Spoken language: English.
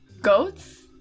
Goats